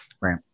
Right